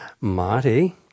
Marty